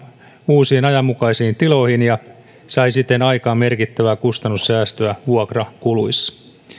uusiin ajanmukaisiin tiloihin ja sai siten aikaan merkittävää kustannussäästöä vuokrakuluissa